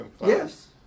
Yes